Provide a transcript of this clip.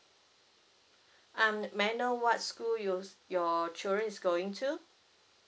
um may I know what school you your children is going to